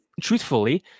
truthfully